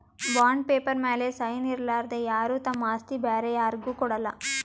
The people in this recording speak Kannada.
ಬಾಂಡ್ ಪೇಪರ್ ಮ್ಯಾಲ್ ಸೈನ್ ಇರಲಾರ್ದೆ ಯಾರು ತಮ್ ಆಸ್ತಿ ಬ್ಯಾರೆ ಯಾರ್ಗು ಕೊಡಲ್ಲ